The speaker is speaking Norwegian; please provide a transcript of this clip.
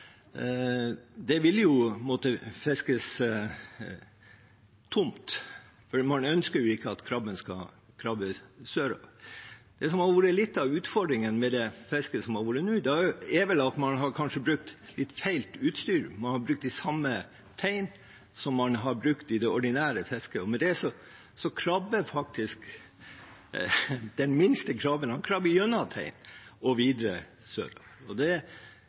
Det vil jo måtte fiskes tomt, for man ønsker jo ikke at krabben skal krabbe sørover. Det som har vært litt av utfordringen med det fisket som har vært nå, er at man kanskje har brukt litt feil utstyr, man har brukt de samme teinene som man har brukt i det ordinære fisket. Dermed krabber den minste krabben faktisk gjennom teinen og videre sørover. Det